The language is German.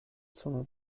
zunge